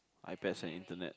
iPad is an internet